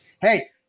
Hey